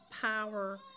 power